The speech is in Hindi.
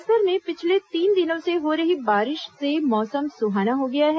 बस्तर में पिछले तीन दिनों से हो रही बारिश से मौसम सुहाना हो गया है